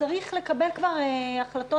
צריך לקבל כבר החלטות.